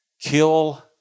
kill